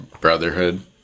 brotherhood